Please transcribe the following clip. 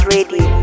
Radio